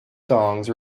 songs